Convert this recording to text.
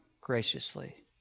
graciously